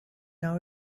now